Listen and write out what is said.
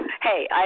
Hey